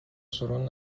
سورون